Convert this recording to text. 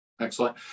Excellent